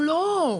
הוא לא.